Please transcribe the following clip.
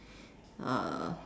uh